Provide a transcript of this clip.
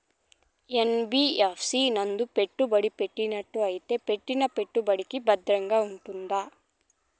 NBFC నందు పెట్టుబడి పెట్టినట్టయితే పెట్టిన పెట్టుబడికి భద్రంగా ఉంటుందా?